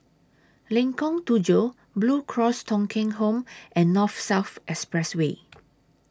Lengkong Tujuh Blue Cross Thong Kheng Home and North South Expressway